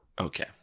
Okay